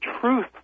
truth